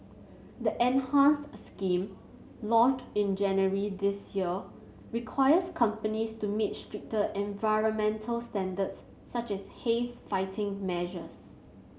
the enhanced scheme launched in January this year requires companies to meet stricter environmental standards such as haze fighting measures